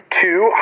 two